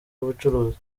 y’ubucuruzi